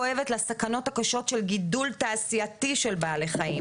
ההתפרצות האחרונה היא לא בגדר אסון טבע,